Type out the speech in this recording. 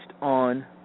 on